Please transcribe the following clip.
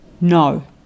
No